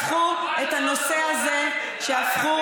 הרגע הזה היה מזוקק אם